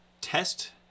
test